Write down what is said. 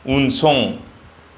उनसं